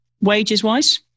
wages-wise